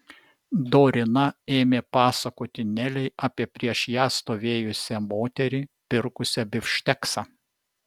dorina ėmė pasakoti nelei apie prieš ją stovėjusią moterį pirkusią bifšteksą